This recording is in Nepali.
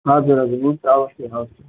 हजुर हजुर हुन्छ अवस्य अवस्य